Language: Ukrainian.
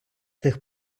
тих